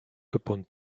upon